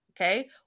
okay